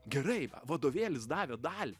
gerai vadovėlis davė dalį